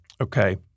Okay